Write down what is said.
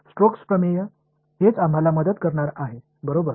Stokes प्रमेय हेच आम्हाला मदत करणार आहे बरोबर